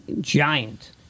giant